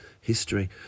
history